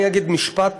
אני אגיד משפט